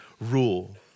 rule